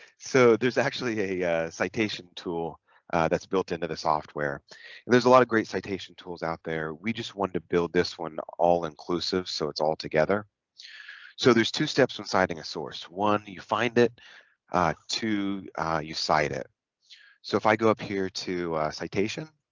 so there's actually a citation tool that's built into the software and there's a lot of great citation tools out there we just wanted to build this one all-inclusive so it's all together so there's two steps from citing a source one you find it to you cite it so if i go up here to citation